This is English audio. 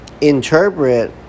interpret